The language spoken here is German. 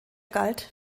galt